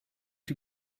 die